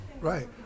right